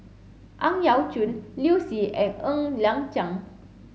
Ang Yau Choon Liu Si and Ng Liang Chiang